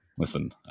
Listen